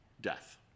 death